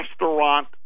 restaurant